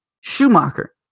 Schumacher